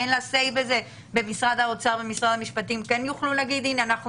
אין לה SAY בנושא הזה ומשרד האוצר ולמשרד המשפטים כן יוכלו לומר שהנה,